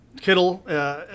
Kittle